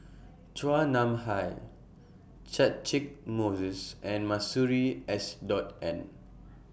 Chua Nam Hai Catchick Moses and Masuri S Dot N